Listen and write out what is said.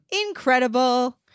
Incredible